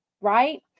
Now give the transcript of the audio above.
right